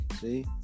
see